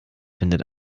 findet